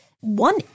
One